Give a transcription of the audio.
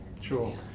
Sure